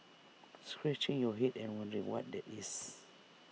scratching your Head and wondering what that is